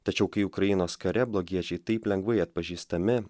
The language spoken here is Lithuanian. tačiau kai ukrainos kare blogiečiai taip lengvai atpažįstami